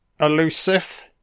elusive